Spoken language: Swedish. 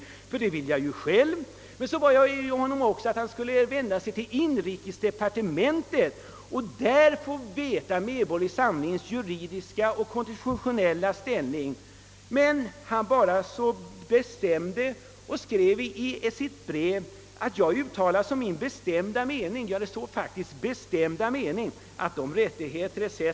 Vidare bad jag honom att vända sig till inrikesdepartementet för att få reda på Medborgerlig Samlings juridiska och konstitutionella ställning, men han skrev bara och uttalade som sin bestämda mening — det stod faktiskt så — att de rättigheter o.s.